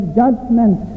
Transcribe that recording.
judgment